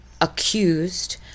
accused